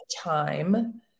time